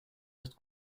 hast